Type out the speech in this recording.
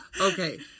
okay